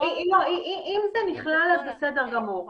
אם זה נכלל, בסדר גמור.